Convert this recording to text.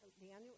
Daniel